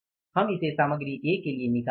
हम इसे सामग्री ए के लिए निकालते है